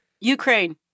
Ukraine